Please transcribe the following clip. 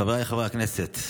חבריי חברי הכנסת,